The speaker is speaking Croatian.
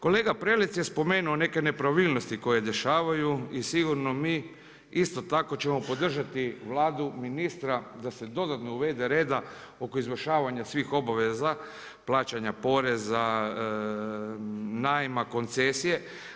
Kolega Prelec je spomenuo neke nepravilnosti koje se dešavaju i sigurno mi isto tako ćemo podržati Vladu ministra da se dodatno uvede reda oko izvršavanja svih obaveza plaćanja poreza, najma, koncesije.